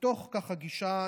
מתוך כזאת גישה,